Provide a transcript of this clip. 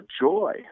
joy